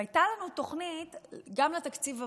והייתה לנו תוכנית גם לתקציב הבא.